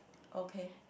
okay